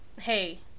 hey